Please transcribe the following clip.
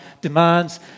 demands